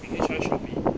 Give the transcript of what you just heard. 你可以 try Shopee